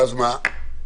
ואז מה?